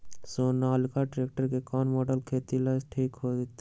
Sonalika tractor के कौन model खेती ला ठीक होतै?